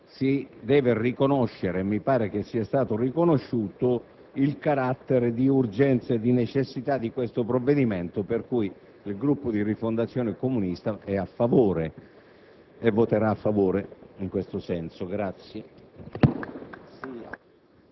Quindi c'è l'esigenza di una normativa, ma a maggior ragione si deve riconoscere - e mi pare che sia stato riconosciuto - il carattere di necessità e di urgenza di questo provvedimento. Pertanto, il Gruppo Rifondazione Comunista-Sinistra